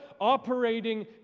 operating